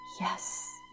yes